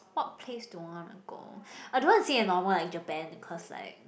what place do I want to go I don't want to say a normal like Japan cause like